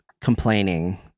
complaining